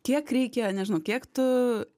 kiek reikia nežinau kiek tu